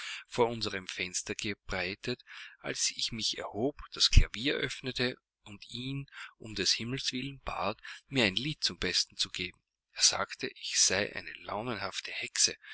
vor unsere fenster gebreitet als ich mich erhob das klavier öffnete und ihn um des himmels willen bat mir ein lied zum besten zu geben er sagte ich sei eine launenhafte hexe